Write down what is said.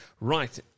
Right